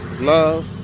Love